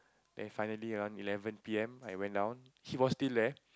then finally around eleven p_m I went down she was still there